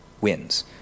wins